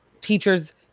teachers